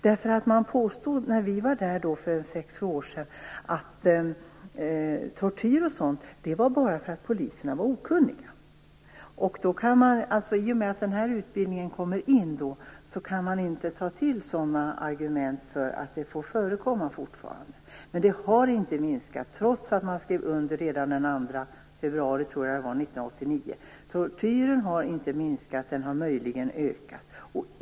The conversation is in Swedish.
När vi var där för sex sju år sedan påstod man att tortyr och sådant skedde bara för att poliserna var okunniga. I och med att utbildning kommer in kan man inte ta till sådana argument för att tortyr fortfarande förekommer. Men det har inte minskat, trots att man skrev under redan den 2 februari 1989. Tortyren har inte minskat, utan den har möjligen ökat.